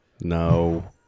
No